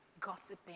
gossiping